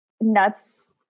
nuts